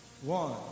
One